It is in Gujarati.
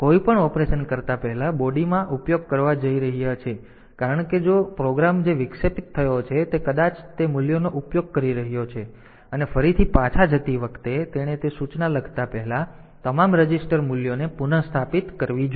અને કોઈપણ ઑપરેશન કરતા પહેલા બૉડી માં ઉપયોગ કરવા જઈ રહ્યો છે કારણ કે જો પ્રોગ્રામ જે વિક્ષેપિત થયો છે તે કદાચ તે મૂલ્યોનો ઉપયોગ કરી રહ્યો છે અને ફરીથી પાછા જતી વખતે તેણે તે સૂચના લખતા પહેલા તે તમામ રજિસ્ટર મૂલ્યોને પુનઃસ્થાપિત કરવી જોઈએ